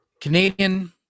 Canadian